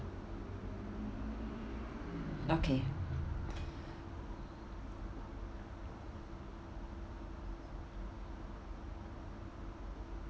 okay